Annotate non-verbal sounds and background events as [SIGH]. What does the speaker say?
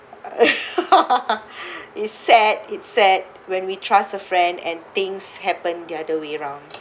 [LAUGHS] it's sad it sad when we trust a friend and things happen the other way round